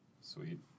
Sweet